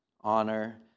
Honor